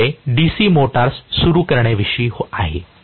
एक विषय DC motors सुरू करण्याविषयी आहे